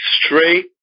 Straight